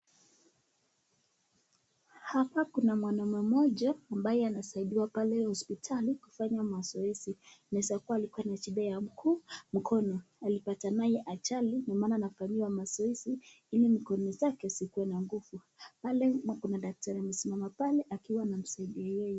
Hapa kuna mwanaume mmoja ambaye anasaidiwa pale hospitalini kufanya mazoezi inaeza kuwa alikuwa na shida ya mguu na mkono alipata nayo ajali ndo maana anafanyiwa mazoezi ili mkono zake zikuwe na nguvu. Pale kuna daktari ambaye amesimama pale akiwa anamsaidia yeye.